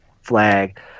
flag